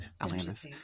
Atlantis